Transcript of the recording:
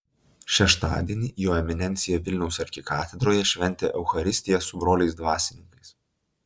šeštadienį jo eminencija vilniaus arkikatedroje šventė eucharistiją su broliais dvasininkais